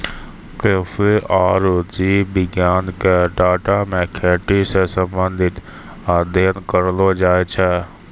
कृषि आरु जीव विज्ञान के डाटा मे खेती से संबंधित अध्ययन करलो जाय छै